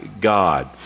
God